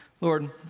Lord